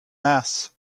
mass